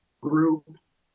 groups